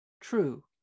True